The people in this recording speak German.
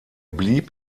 blieb